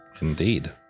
Indeed